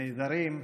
נהדרים,